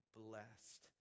blessed